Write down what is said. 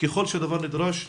ככל שהדבר נדרש,